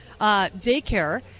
daycare